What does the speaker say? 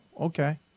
okay